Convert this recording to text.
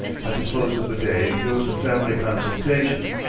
at the close of the day there was a family consultation,